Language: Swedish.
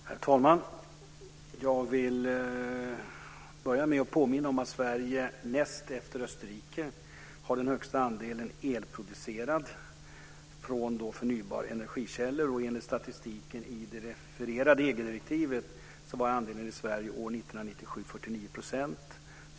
Herr talman! Jag vill börja med att påminna om att Sverige, näst efter Österrike, har den största andelen el producerad av förnybara energikällor. Enligt statistiken i det refererade EG-direktivet var andelen i Sverige år 1997 i Sverige 49 %.